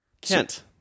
Kent